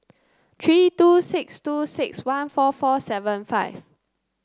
three two six two six one four four seven five